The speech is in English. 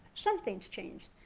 something has changed.